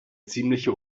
ziemliche